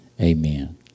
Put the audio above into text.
Amen